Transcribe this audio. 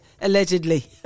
allegedly